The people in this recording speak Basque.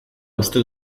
uste